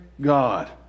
God